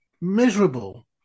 miserable